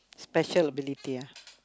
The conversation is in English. special ability ah